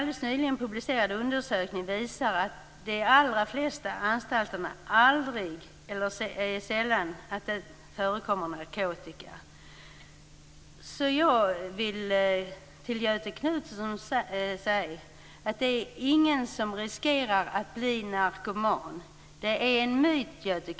En nyligen publicerad undersökning visar att det på de allra flesta anstalter aldrig eller sällan förekommer narkotika. Jag vill därför säga till Göthe Knutson att ingen riskerar att bli narkoman på anstalt.